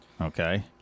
Okay